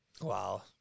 Wow